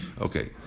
Okay